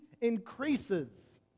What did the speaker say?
increases